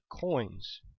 coins